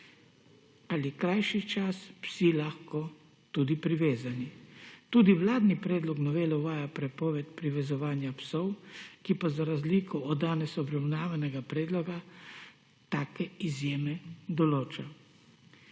ali krajši čas psi lahko tudi privezani. Tudi vladni predlog novele uvaja prepoved privezovanja psov, ki pa za razliko od danes obravnavanega predloga take izjeme določa.